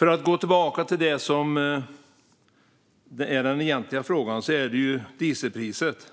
Jag ska gå tillbaka till den egentliga frågan, nämligen dieselpriset.